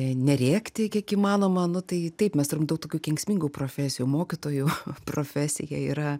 nerėkti kiek įmanoma nu tai taip mes turim daug tokių kenksmingų profesijų mokytojų profesija yra